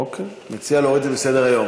אוקיי, מציע להוריד את זה מסדר-היום.